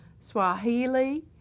Swahili